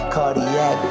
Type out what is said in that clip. Cardiac